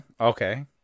Okay